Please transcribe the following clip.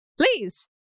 Please